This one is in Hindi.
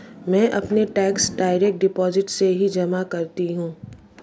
मैं अपने टैक्सेस डायरेक्ट डिपॉजिट से ही जमा करती हूँ